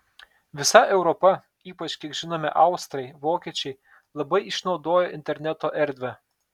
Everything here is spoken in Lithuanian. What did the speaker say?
visa europa ypač kiek žinome austrai vokiečiai labai išnaudoja interneto erdvę